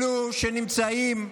אלו שנמצאים,